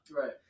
right